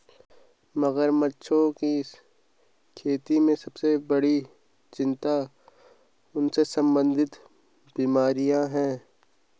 मगरमच्छों की खेती में सबसे बड़ी चिंता उनसे संबंधित बीमारियां हैं?